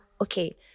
Okay